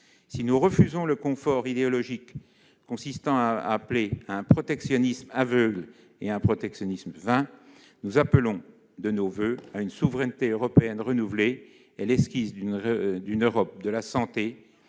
Si nous refusons le confort idéologique consistant à prôner un protectionnisme aveugle et vain, nous appelons en revanche de nos voeux une souveraineté européenne renouvelée et l'esquisse d'une Europe de la santé,